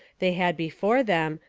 they had before them,